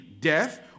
death